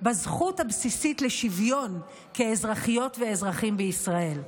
בזכות הבסיסית לשוויון כאזרחיות ואזרחים בישראל.